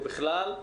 ובכלל.